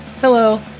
Hello